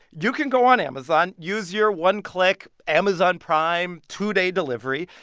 you can go on amazon, use your one-click, amazon prime, two-day delivery,